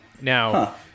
Now